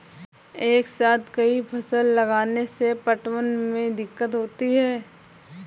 एक साथ कई फसल लगाने से पटवन में दिक्कत होती है